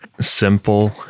simple